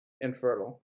infertile